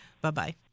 Bye-bye